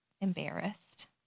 embarrassed